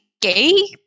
gay